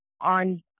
on